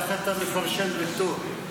איך אתה מפרש ויתור?